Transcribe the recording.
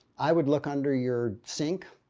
i would look under your sink.